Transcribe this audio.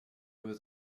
was